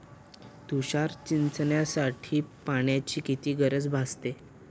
तुषार सिंचनासाठी पाण्याची किती गरज भासते?